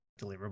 deliverable